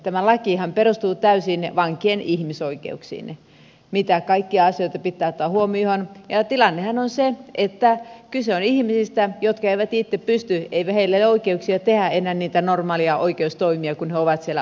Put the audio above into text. tämä lakihan perustuu täysin vankien ihmisoikeuksiin mitä kaikkia asioita pitää ottaa huomioon ja tilannehan on se että kyse on ihmisistä jotka eivät itse pysty eikä heillä ole oikeuksia tehdä enää niitä normaaleja oikeustoimia kun he ovat siellä vankilassa